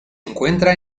encuentra